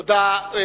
תודה.